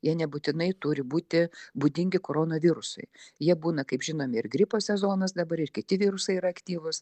jie nebūtinai turi būti būdingi koronavirusui jie būna kaip žinomi ir gripo sezonas dabar ir kiti virusai yra aktyvūs